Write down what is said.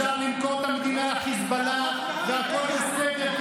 אפשר למכור את המדינה לחיזבאללה והכול בסדר,